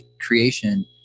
creation